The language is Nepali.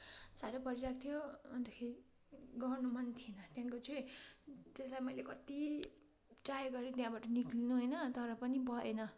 साह्रो परिरहेको थियो अन्तखेरि गर्नु मन थिएन त्यहाँको चाहिँ त्यसलाई मैले कति ट्राइ गरेँ त्यहाँबाट निस्कनु होइन तर पनि भएन